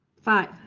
Five